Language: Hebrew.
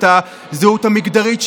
את הזהות המגדרית,